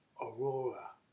Aurora